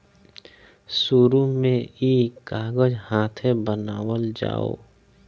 शुरु में ई कागज हाथे बनावल जाओ